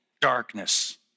darkness